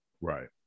Right